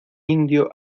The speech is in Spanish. indio